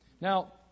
Now